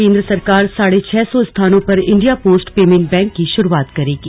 केंद्र सरकार साढ़े छह सौ स्थानों पर इंडिया पोस्ट पेमेंट बैंक की शुरूआत करेगी